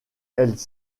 elles